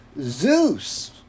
Zeus